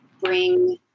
bring